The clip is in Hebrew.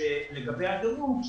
לגבי הדירוג,